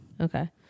Okay